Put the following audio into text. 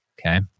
Okay